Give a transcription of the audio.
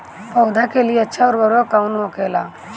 पौधा के लिए अच्छा उर्वरक कउन होखेला?